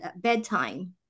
bedtime